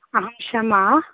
अहं क्षमा